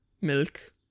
milk